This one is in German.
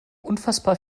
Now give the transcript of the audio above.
unfassbar